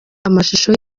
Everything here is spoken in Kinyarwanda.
amashusho